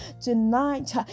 tonight